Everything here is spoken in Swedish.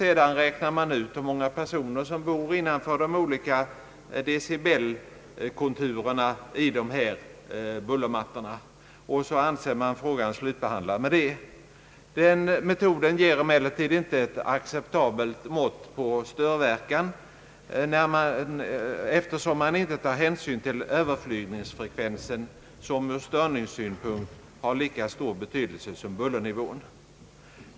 Sedan räknar man ut hur många människor som bor innanför de olika decibelkonturerna och anser frågan slutbehandlad med det. Den metoden ger emellertid inte ett acceptabelt mått på störverkan, eftersom man inte tar hänsyn till överflygningsfrekvensen vilken ur störningssynpunkt har lika stor betydelse som bullernivån.